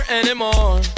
anymore